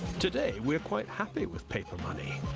today we're quite happy with paper money.